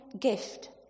gift